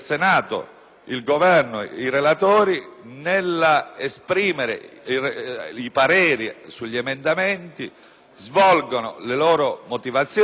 nell'esprimere i pareri sugli emendamenti svolgano le loro motivazioni - favorevoli o contrarie - con